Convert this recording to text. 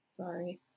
Sorry